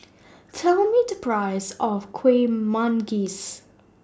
Tell Me The Price of Kueh Manggis